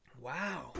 Wow